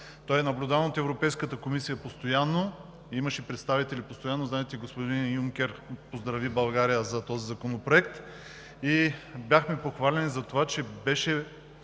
Той е наблюдаван от Европейската комисия и имаше представители постоянно. Знаете, господин Юнкер поздрави България за този законопроект. Бяхме похвалени, че той